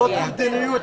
צוות הוועדה?